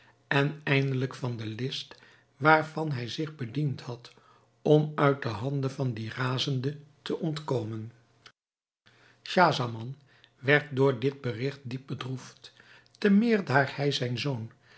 en eindelijk van de list waarvan hij zich bediend had om uit de handen van dien razende te ontkomen schahzaman werd door dit berigt diep bedroefd te meer daar hij zijn zoon